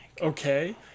okay